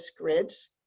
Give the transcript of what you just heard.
grids